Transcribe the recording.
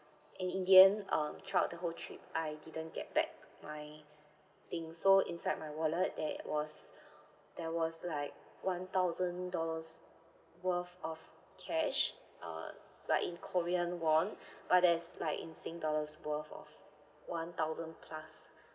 and in the end um throughout the whole trip I didn't get back my things so inside my wallet there was there was like one thousand dollars worth of cash err but in korean won but there's like in sing dollars worth of one thousand plus